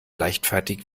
leichtfertig